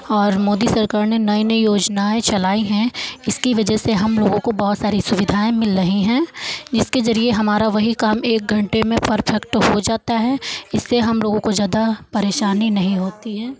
और मोदी सरकार ने नई नई योजनाएं चलाई हैं इसकी वजह से हम लोगों को बहुत सारी सुविधाएं मिल रही हैं इसके ज़रिये हमारा वही काम एक घंटे में परफ़ेक्ट हो जाता है इससे हम लोगों को ज़्यादा परेशानी नहीं होती है